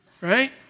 right